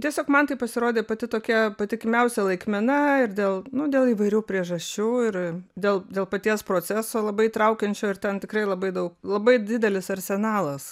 tiesiog man tai pasirodė pati tokia patikimiausia laikmena ir dėl nu dėl įvairių priežasčių ir dėl dėl paties proceso labai įtraukiančio ir ten tikrai labai daug labai didelis arsenalas